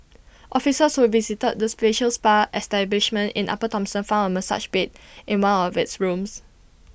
officers who visited this facial spa establishment in upper Thomson farm A massage bed in one of its rooms